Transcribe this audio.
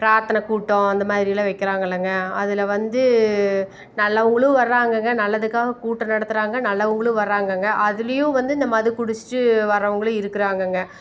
பிரார்த்தன கூட்டம் அந்த மாதிரி எல்லாம் வைக்கிறாங்க இல்லைங்க அதில் வந்து நல்லவர்களும் வர்றாங்கங்க நல்லதுக்காக கூட்டம் நடத்துகிறாங்க நல்லவர்களும் வர்றாங்கங்க அதுலேயும் வந்து இந்த மது குடிச்சுட்டு வரவர்களும் இருக்கிறாங்கங்க